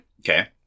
Okay